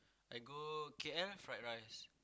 I go K_L fried rice